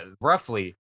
roughly